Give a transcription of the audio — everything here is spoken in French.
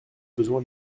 besoin